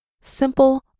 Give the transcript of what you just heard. simple